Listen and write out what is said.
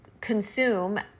consume